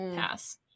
pass